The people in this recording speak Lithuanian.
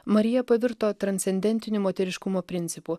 marija pavirto transcendentiniu moteriškumo principu